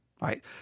right